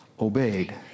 obeyed